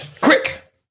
Quick